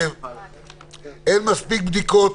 אין מספיק בדיקות.